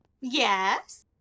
Yes